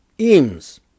eames